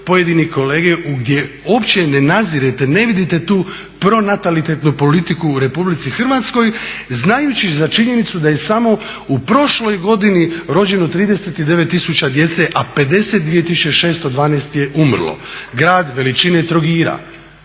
pojedine kolege, gdje uopće ne nazirete, ne vidite tu pronatalitetnu politiku u Republici Hrvatskoj, znajući za činjenicu da je samo u prošloj godini rođeno 39 000 djece, a 52 612 je umrlo. Grad veličine Trogira.